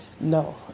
No